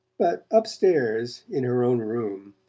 but upstairs, in her own room.